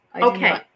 Okay